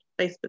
facebook